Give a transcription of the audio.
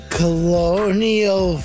colonial